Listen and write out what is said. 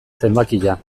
zenbakia